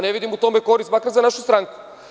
Ne vidim u tome korist makar za našu stranku.